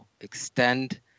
extend